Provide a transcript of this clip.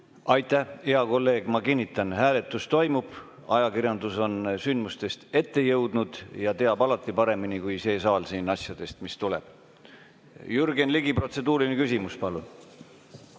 Aitäh! Hea kolleeg, ma kinnitan, et hääletus toimub. Ajakirjandus on sündmustest ette jõudnud ja teab alati paremini kui see saal siin asjadest, mis tulevad. Jürgen Ligi, protseduuriline küsimus, palun!